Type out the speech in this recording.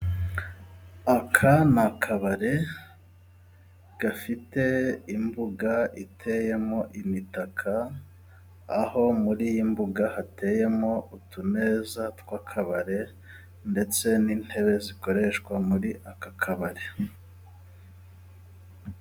Aka ni akabare gafite imbuga iteyemo imitaka, aho muri iyi mbuga hateyemo utumeza tw'akabare, ndetse n'intebe zikoreshwa muri aka kabare.